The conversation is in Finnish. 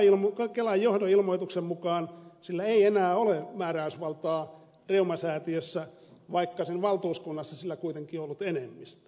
kelan johdon ilmoituksen mukaan sillä ei enää ole määräysvaltaa reumasäätiössä vaikka sen valtuuskunnassa sillä kuitenkin on ollut enemmistö